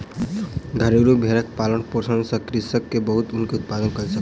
घरेलु भेड़क पालन पोषण सॅ कृषक के बहुत ऊन के उत्पादन कय सकल